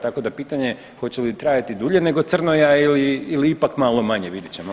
Tako da pitanje je hoće li trajati dulje nego crno jaje ili ipak malo manje, vidjet ćemo.